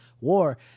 war